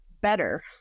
better